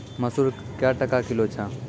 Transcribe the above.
मसूर क्या टका किलो छ?